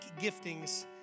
giftings